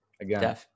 Again